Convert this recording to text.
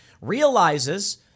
realizes